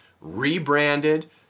rebranded